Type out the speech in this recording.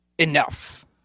enough